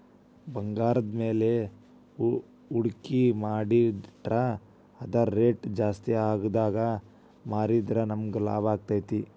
ಭಂಗಾರದ್ಮ್ಯಾಲೆ ಹೂಡ್ಕಿ ಮಾಡಿಟ್ರ ಅದರ್ ರೆಟ್ ಜಾಸ್ತಿಆದಾಗ್ ಮಾರಿದ್ರ ನಮಗ್ ಲಾಭಾಕ್ತೇತಿ